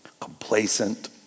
complacent